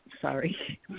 sorry